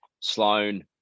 Sloan